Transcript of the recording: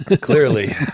Clearly